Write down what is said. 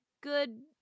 good